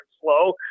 slow